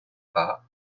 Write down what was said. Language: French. pas